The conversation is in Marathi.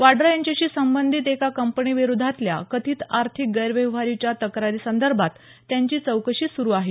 वाड़ा यांच्याशी संबंधित एका कंपनी विरोधातल्या कथित आर्थिक गैरव्यवहारीच्या तक्रारी संदर्भात त्यांची चौकशी सुरु आहे